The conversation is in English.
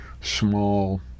small